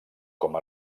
com